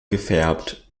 gefärbt